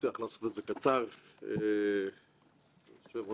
אני חושב שזה אובדן לכנסת שאתם לא ממשיכים איתנו.